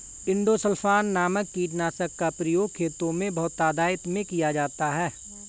endosulfan नामक कीटनाशक का प्रयोग खेतों में बहुतायत में किया जाता है